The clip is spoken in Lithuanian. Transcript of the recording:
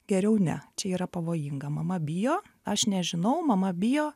geriau ne čia yra pavojinga mama bijo aš nežinau mama bijo